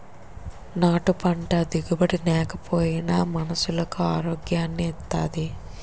నాటు పంట దిగుబడి నేకపోయినా మనుసులకు ఆరోగ్యాన్ని ఇత్తాది